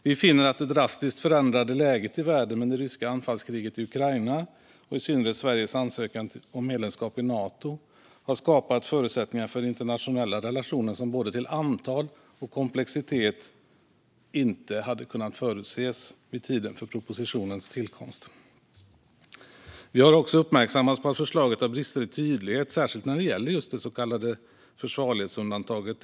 Vi finner att det drastiskt förändrade läget i världen med det ryska anfallskriget i Ukraina och i synnerhet Sveriges ansökan om medlemskap i Nato har skapat förutsättningar för internationella relationer som varken till antal eller komplexitet hade kunnat förutses vid tiden för propositionens tillkomst. Vi har också uppmärksammats på att förslaget har brister i tydlighet, särskilt när det gäller det så kallade försvarlighetsundantaget.